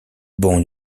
bon